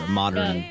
modern